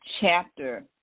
chapter